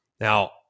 Now